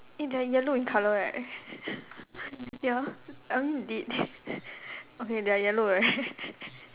eh they're yellow in colour right ya um did okay they are yellow right